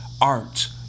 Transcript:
art